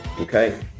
Okay